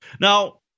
Now